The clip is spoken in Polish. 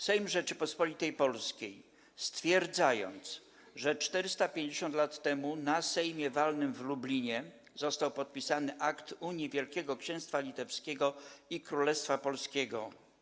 Sejm Rzeczypospolitej Polskiej, stwierdzając, że 450 lat temu na sejmie walnym w Lublinie został podpisany akt unii Wielkiego Księstwa Litewskiego i Królestwa Polskiego.